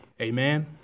Amen